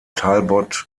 talbot